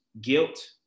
guilt